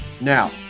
now